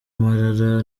marara